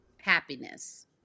happiness